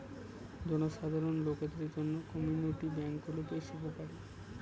জনসাধারণ লোকদের জন্য কমিউনিটি ব্যাঙ্ক গুলো বেশ উপকারী